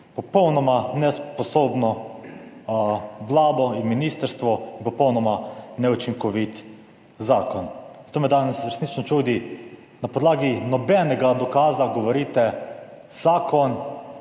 popolnoma nesposobno, vlado in ministrstvo in popolnoma neučinkovit zakon. Zato me danes resnično čudi, na podlagi nobenega dokaza govorite, zakon